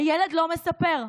הילד לא מספר.